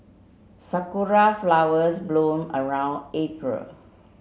Sakura flowers bloom around April